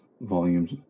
volumes